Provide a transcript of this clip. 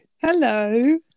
hello